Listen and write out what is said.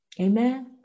Amen